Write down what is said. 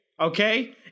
okay